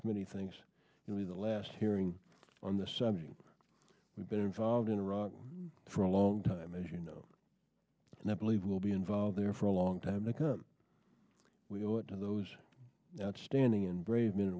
committee thinks will be the last hearing on the subject we've been involved in iraq for a long time as you know and i believe will be involved there for a long time to come we owe it to those outstanding and brave men